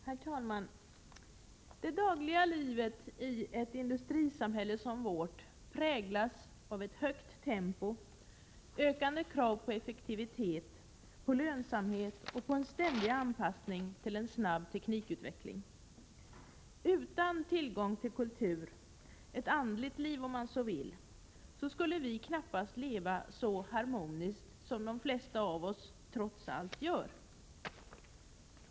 Herr talman! Det dagliga livet i ett industrisamhälle som vårt präglas av ett högt tempo, ökande krav på effektivitet och lönsamhet och en ständig anpassning till en snabb teknikutveckling. Utan tillgång till kultur — ett andligt liv, om man så vill — skulle vi knappast leva så harmoniskt som de flesta av oss trots allt gör.